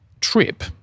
trip